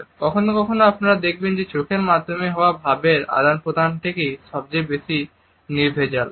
এবং কখনো কখনো আপনারা দেখবেন যে চোখের মাধ্যমে হওয়া ভাবের আদান প্রদানটিই সবথেকে নির্ভেজাল